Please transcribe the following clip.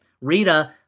Rita